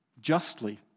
justly